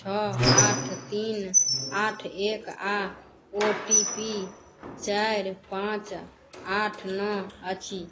छओ आठ तीन आठ एक आ ओ टी पी चारि पाँच आठ नओ अछि